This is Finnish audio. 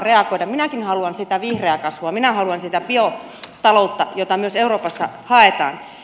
minäkin haluan sitä vihreää kasvua minä haluan sitä biotaloutta jota myös euroopassa haetaan